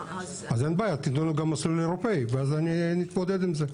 איזה שיקול דעת שהיבואן יפעיל בנושא הזה.